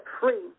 free